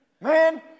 Man